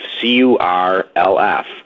C-U-R-L-F